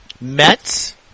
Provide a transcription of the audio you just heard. Mets